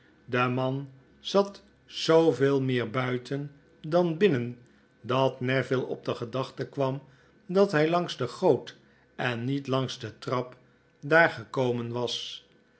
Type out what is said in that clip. de man zat zooveel meer buiten dan binnen dat neville op de gedachte kwam dat hy langs de goo t en niet langs de trap daar gekomen was